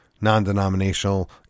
non-denominational